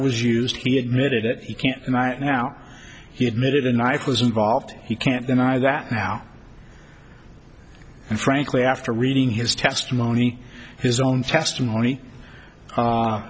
was used he admitted it he can't and i now he admitted a knife was involved he can't deny that now and frankly after reading his testimony his own testimony